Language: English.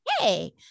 Hey